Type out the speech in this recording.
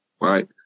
Right